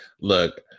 look